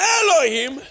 Elohim